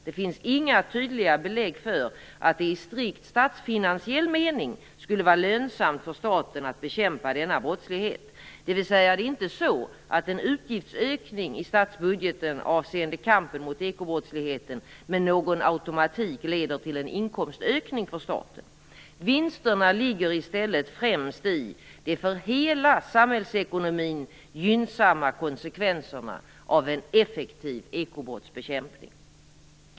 Det finns inga tydliga belägg för att det i strikt statsfinansiell mening skulle vara lönsamt för staten att bekämpa denna brottslighet, dvs. det är inte så att en utgiftsökning i statsbudgeten avseende kampen mot ekobrottsligheten med någon automatik leder till en inkomstökning för staten. Vinsterna ligger i stället främst i de för hela samhällsekonomin gynnsamma konsekvenserna av en effektiv ekobrottsbekämpning.